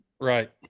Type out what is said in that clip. right